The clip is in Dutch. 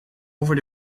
over